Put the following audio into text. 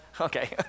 Okay